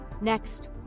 Next